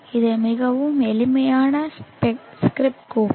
இது மிகவும் எளிமையான ஸ்கிரிப்ட் கோப்பு